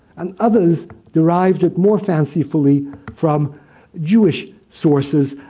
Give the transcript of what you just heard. and others derived it more fancifully from jewish sources.